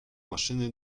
maszyny